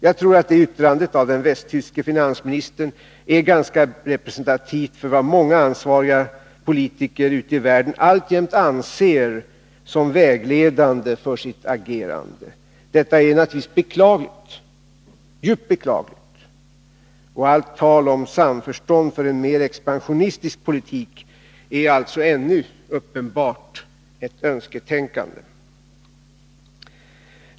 Jag tror att det yttrandet av den västtyske finansministern är ganska representativt för vad många ansvariga politiker ute i världen alltjämt anser som vägledande för sitt agerande. Detta är naturligtvis djupt beklagligt, och allt tal om samförstånd för en mer expansionistisk politik är alltså ännu uppenbarligen ett önsketänkande.